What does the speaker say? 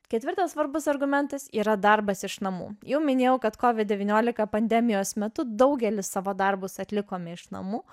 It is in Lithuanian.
ketvirtas svarbus argumentas yra darbas iš namų jau minėjau kad covid devyniolika pandemijos metu daugelis savo darbus atlikome iš namų